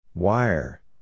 Wire